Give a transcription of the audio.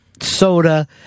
soda